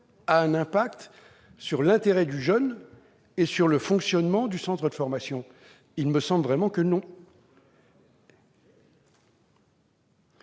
un impact sur l'intérêt du jeune et sur le fonctionnement du centre de formation ? Il me semble que non.